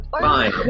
Fine